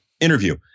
Interview